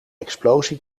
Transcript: explosie